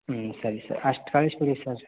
ಹ್ಞೂ ಸರಿ ಸರ್ ಅಷ್ಟು ಕಳ್ಸಿ ಬಿಡಿ ಸರ್